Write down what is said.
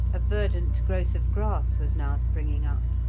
a verdant growth of grass was now springing up.